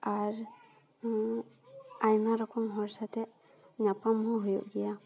ᱟᱨ ᱟᱭᱢᱟ ᱨᱚᱠᱚᱢ ᱦᱚᱲ ᱥᱟᱛᱮᱫ ᱧᱟᱯᱟᱢ ᱦᱚᱸ ᱦᱩᱭᱩᱜ ᱜᱮᱭᱟ